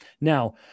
Now